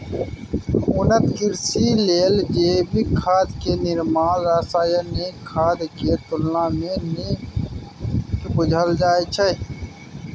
उन्नत कृषि लेल जैविक खाद के निर्माण रासायनिक खाद के तुलना में नीक बुझल जाइ छइ